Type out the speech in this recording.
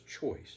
choice